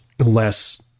less